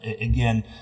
Again